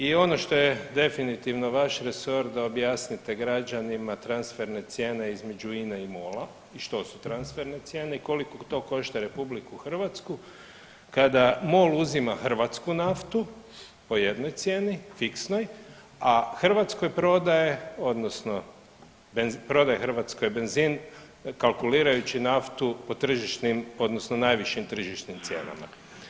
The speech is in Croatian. I ono što je definitivno vaš resor da objasnite građanima transferne cijene između INA-e i MOL-a i što su transferne cijene i koliko to košta Republiku Hrvatsku kada MOL uzima hrvatsku naftu po jednoj cijeni fiksnoj, a Hrvatskoj prodaje odnosno prodaje Hrvatskoj benzin kalkulirajući naftu po tržišnim odnosno najvišim tržišnim cijenama.